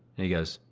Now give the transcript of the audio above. and he goes,